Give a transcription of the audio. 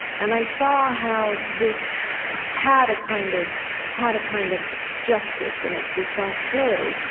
and i saw how this had a kind of had a kind of justice, in its responsibility.